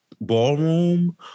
ballroom